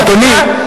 אדוני,